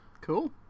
Cool